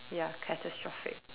ya catastrophic